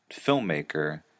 filmmaker